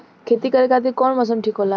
खेती करे खातिर कौन मौसम ठीक होला?